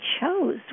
chose